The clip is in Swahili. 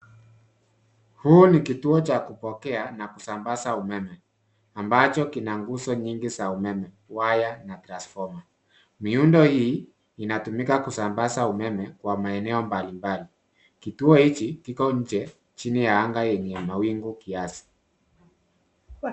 Huu ni kituo cha kupokea na kusambaza umeme ambacho kina nguzo nyingi za umeme, waya na transfoma. Miundo hii inatumika kusambaza umeme kwa maeneo mbalimbali. Kitui hiki kio nje chini ya anga yenye mawingu kiasi.